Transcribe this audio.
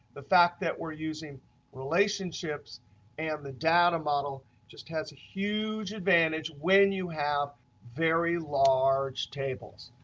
the fact that we're using relationships and the data model just has a huge advantage when you have very large tables.